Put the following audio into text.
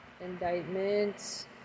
indictments